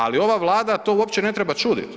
Ali ova Vlada to uopće ne treba čuditi.